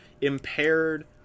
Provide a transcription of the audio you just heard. impaired